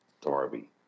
Darby